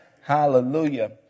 Hallelujah